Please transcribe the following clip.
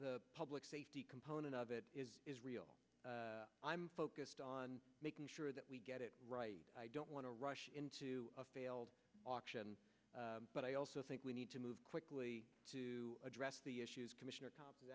the public safety component of it is real i'm focused on making sure that we get it right i don't want to rush into a failed auction but i also think we need to move quickly to address the issues commissioner